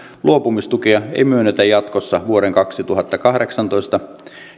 luopumistukea ei myönnetä jatkossa vuoden kaksituhattakahdeksantoista